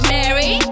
Mary